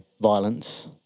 violence